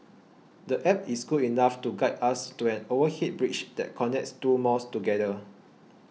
the App is good enough to guide us to an overhead bridge that connects two malls together